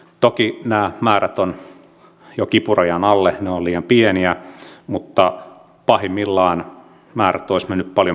toki nämä määrät ovat jo kipurajan alle ne ovat liian pieniä mutta pahimmillaan määrät olisivat menneet paljon pienemmiksi